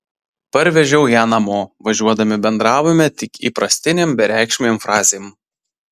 parvežiau ją namo važiuodami bendravome tik įprastinėm bereikšmėm frazėm